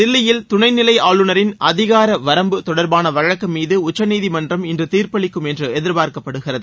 தில்லியில் துணை நிலை ஆளுநரின் அதிகார வரம்பு தொடர்பான வழக்கு மீது உக்சநீதிமன்றம் இன்று தீர்ப்பளிக்கும் என்று எதிர்பார்க்கப்படுகிறது